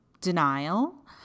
denial